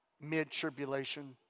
mid-tribulation